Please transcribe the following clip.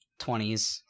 20s